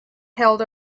held